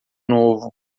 novo